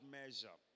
measure